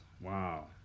Wow